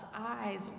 eyes